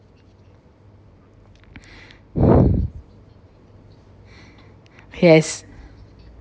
yes